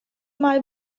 mal